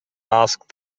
asked